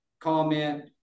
comment